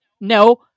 No